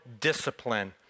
discipline